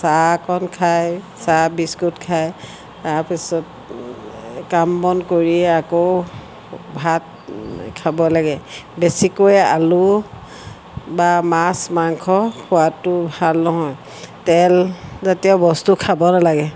চাহকণ খায় চাহ বিস্কুট খায় তাৰপিছত কাম বন কৰি আকৌ ভাত খাব লাগে বেছিকৈ আলু বা মাছ মাংস খোৱাতো ভাল নহয় তেল জাতীয় বস্তু খাব নালাগে